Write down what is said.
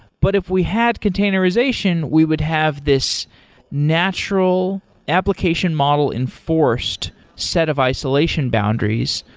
but if we had containerization, we would have this natural application model enforced set of isolation boundaries,